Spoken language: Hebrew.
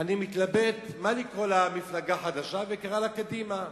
אני מתלבט איך לקרוא למפלגה החדשה, וקרא לה קדימה.